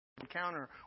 encounter